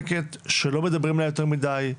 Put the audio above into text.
שלא מדברים עליה יותר מידיי.